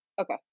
Okay